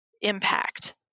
impact